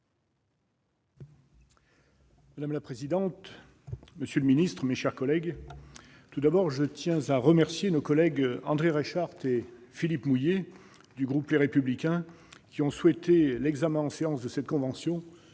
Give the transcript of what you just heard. Madame la présidente, monsieur le secrétaire d'État, mes chers collègues, tout d'abord, je tiens à remercier nos collègues André Reichardt et Philippe Mouiller, du groupe Les Républicains, qui ont souhaité l'examen en séance de cette convention,